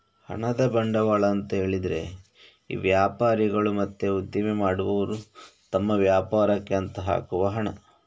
ಹಣದ ಬಂಡವಾಳ ಅಂತ ಹೇಳಿದ್ರೆ ಈ ವ್ಯಾಪಾರಿಗಳು ಮತ್ತೆ ಉದ್ದಿಮೆ ಮಾಡುವವರು ತಮ್ಮ ವ್ಯಾಪಾರಕ್ಕೆ ಅಂತ ಹಾಕುವ ಹಣ